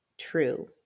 True